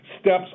steps